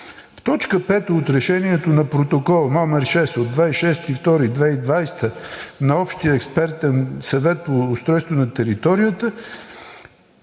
В т. 5 от решението на Протокол № 6 от 26.02.2020 г. на Общия експертен съвет по устройство на територията